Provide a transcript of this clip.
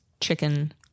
chicken